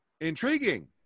Intriguing